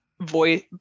voice